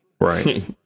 Right